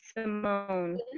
Simone